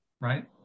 right